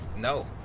No